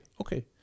okay